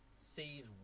sees